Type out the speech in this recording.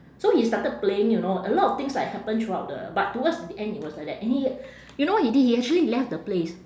so he started playing you know a lot of things like happen throughout the but towards the end he was like that and he you know what he did he actually left the place